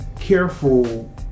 careful